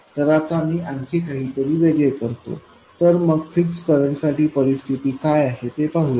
तर आता मी आणखी काहीतरी वेगळे करतो तर मग फिक्स करंट साठी परिस्थिती काय आहे ते पाहूया